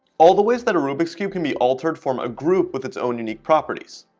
all the ways that a rubik's cube can be altered form a group with its own unique properties